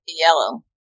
yellow